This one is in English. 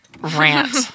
rant